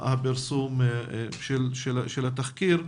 פרסום התחקיר.